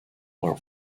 war